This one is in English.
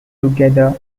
together